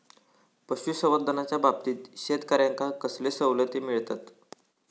पशुसंवर्धनाच्याबाबतीत शेतकऱ्यांका कसले सवलती मिळतत?